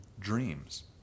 dreams